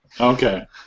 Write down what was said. Okay